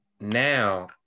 now